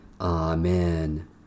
Amen